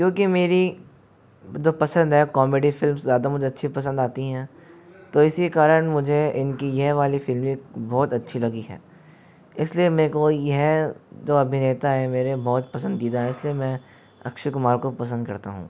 क्योकि मेरी जो पसंद है कॉमेडी फिल्मस ज़्यादा मुझे अच्छी पसंद आती हैं तो इसी कारण मुझे इनकी यह वाली फिल्म भी बहुत अच्छी लगी है इसीलिए मेरे को यह जो अभिनेता हैं मेरे बहुत पसंदीदा हैं इसीलिए मैं अक्षय कुमार को पसंद करता हूँ